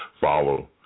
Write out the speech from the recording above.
follow